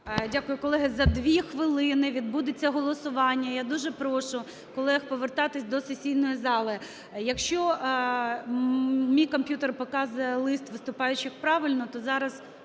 Дякую. Колеги, за дві хвилини відбудеться голосування. Я дуже прошу колег повертатися до сесійної зали. Якщо мій комп'ютер показує лист виступаючих правильно, то зараз